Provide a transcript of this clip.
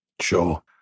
Sure